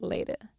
Later